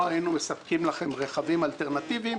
היינו מספקים לכם רכבים אלטרנטיביים,